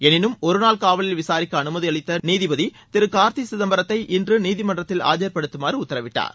எனினும் ஒருநாள் காவலில் விசாரிக்க அனுமதி அளித்த நீதிபதி திரு கார்த்தி சிதம்பரத்தை இன்று நீதிமன்றத்தில் ஆஜர்ப்படுத்துமாறு உத்தரவிட்டார்